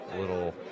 little